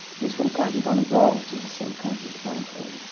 he's from county donnegal, which is the same county as brian fray.